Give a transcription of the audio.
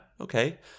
Okay